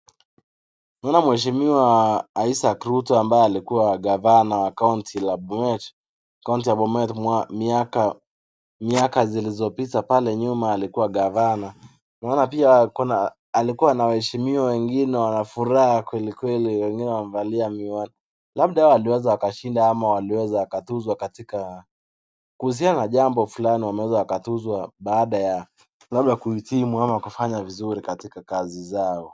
Naona mheshimiwa Isaac Ruto ambaye alikuwa gavana wa kaunti la Bomet. Kaunti ya Bomet miaka miaka zilizopita pale nyuma alikuwa gavana. Naona pia kuna alikuwa na waheshimiwa wengine wana furaha kweli kweli. Wengine wamevaa miwani. Labda waliweza wakashinda ama waliweza wakatuuzwa katika kuhusiana na jambo fulani. Wameweza wakatuuzwa baada ya labda kuitimu ama kufanya vizuri katika kazi zao.